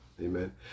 Amen